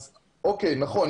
נכון,